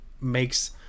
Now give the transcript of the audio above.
makes